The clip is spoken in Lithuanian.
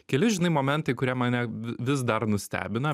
keli žinai momentai kurie mane vi vis dar nustebina